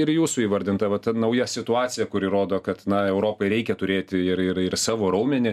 ir jūsų įvardinta va ta nauja situacija kuri rodo kad na europai reikia turėti ir ir ir savo raumenį